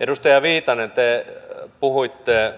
edustaja viitanen te puhuitte